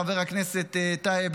חבר הכנסת טייב,